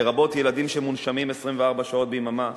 לרבות ילדים שמונשמים 24 שעות ביממה,